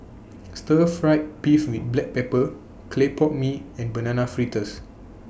Stir Fried Beef with Black Pepper Clay Pot Mee and Banana Fritters